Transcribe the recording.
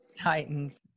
Titans